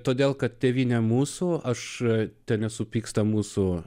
todėl kad tėvyne mūsų aš tenesupyksta mūsų